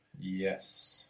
Yes